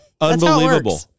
Unbelievable